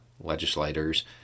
legislators